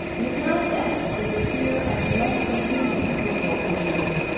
without that, they appear as less than human before a jury.